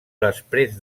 després